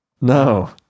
No